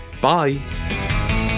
Bye